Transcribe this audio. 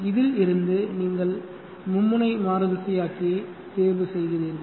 இதில் இருந்து நீங்கள் மும்முனை மாறுதிசையாக்கியை தேர்வு செய்கிறீர்கள்